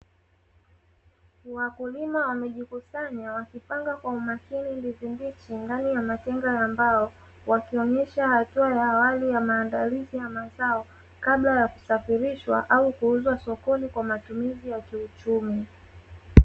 Wakulima wamejikusanya wakipanga kwa umakini ndizi mbichi, ndani ya matenga ya mbao wakionyesha hatua ya awali ya maandalizi ya mazao kabla ya kusafirishwa au kuuzwa sokoni kwa matumizi ya kiuchumi.